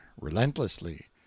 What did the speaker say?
relentlessly